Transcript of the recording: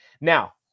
Now